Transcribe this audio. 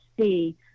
see